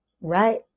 right